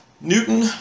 Newton